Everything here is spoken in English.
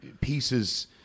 pieces